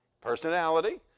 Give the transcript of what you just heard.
Personality